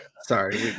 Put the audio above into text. Sorry